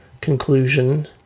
conclusion